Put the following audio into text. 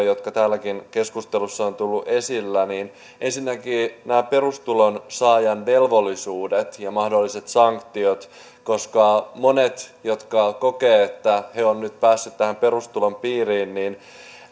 jotka täälläkin keskustelussa ovat tulleet esille ensinnäkin nämä perustulon saajan velvollisuudet ja mahdolliset sanktiot monet jotka kokevat että he ovat nyt päässeet tämän perustulon piiriin